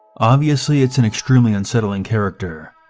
obviously, it's an extremely unsettling character.